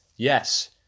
Yes